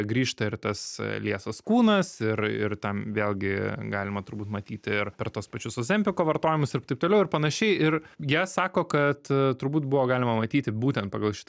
grįžta ir tas liesas kūnas ir ir tam vėlgi galima turbūt matyti ir per tuos pačius ozempiko vartojamus ir taip toliau ir panašiai ir jie sako kad turbūt buvo galima matyti būtent pagal šitą